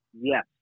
Yes